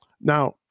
Now